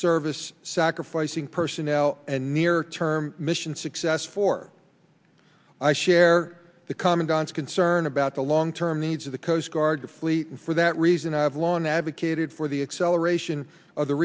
service sacrificing personnel and near term mission success for i share the commandant's concern about the long term needs of the coast guard the fleet and for that reason i have long advocated for the acceleration of the